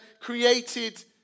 created